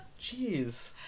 Jeez